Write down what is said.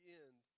end